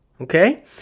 okay